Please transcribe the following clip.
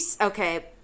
Okay